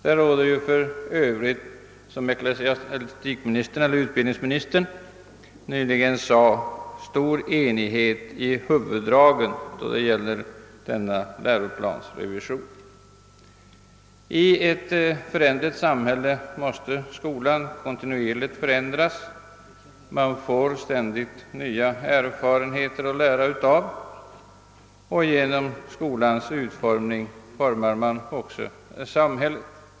Det råder för övrigt, som utbildningsministern nyss sade, stor enighet om huvuddragen i denna läroplansrevision. I ett föränderligt samhälle måste skolan kontinuerligt förändras. Man får ständigt nya erfarenheter att lära av, och genom skolan formar vi också samhället.